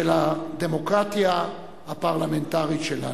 ושל הדמוקרטיה הפרלמנטרית שלנו.